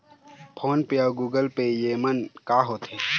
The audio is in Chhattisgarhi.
फ़ोन पे अउ गूगल पे येमन का होते?